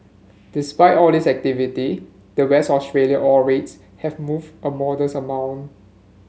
despite all this activity the West Australia ore rates have moved a modest amount